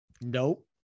Nope